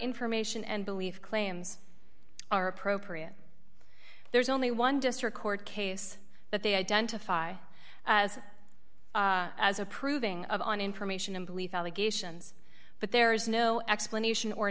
information and belief claims are appropriate there's only one district court case that they identify as approving of on information and belief allegations but there is no explanation or